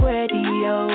Radio